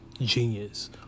genius